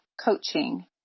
coaching